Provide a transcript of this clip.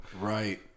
right